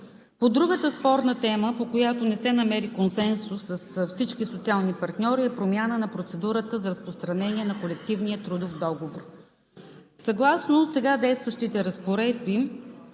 Другата спорна тема, по която не се намери консенсус с всички социални партньори, е промяна на процедурата за разпространение на колективния трудов договор. Съгласно сега действащите разпоредби